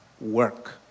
work